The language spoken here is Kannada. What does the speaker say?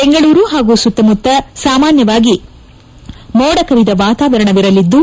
ಬೆಂಗಳೂರು ಹಾಗೂ ಸುತ್ತಮುತ್ತ ಸಾಮಾನ್ಯವಾಗಿ ಮೋಡ ಕವಿದ ವಾತವಾರಣವಿರಲಿದ್ದು